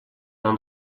она